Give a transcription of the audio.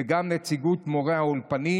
וגם נציגות מורי האולפנים.